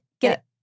Get